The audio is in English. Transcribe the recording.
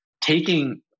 taking